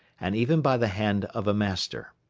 and even by the hand of a master.